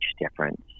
difference